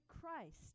Christ